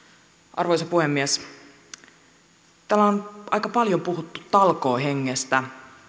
arvoisa puhemies täällä on aika paljon puhuttu talkoohengestä